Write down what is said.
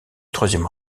troisième